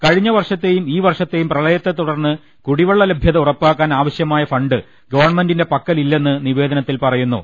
കഴിഞ്ഞ വർഷത്തെയും ഈ വർഷത്തെയും പ്രളയത്തെത്തുടർന്ന് കുടിവെള്ള ലഭ്യത ഉറപ്പാക്കാൻ ആവശ്യമായ ഫണ്ട് ഗവൺമെന്റിന്റെ പക്കലില്ലെന്ന് നിവേദനത്തിൽ പറയു ന്നു